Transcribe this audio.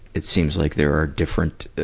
it seems like there are different, ah,